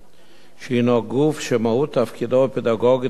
שהוא גוף שמהות תפקידו היא פדגוגית וחינוכית.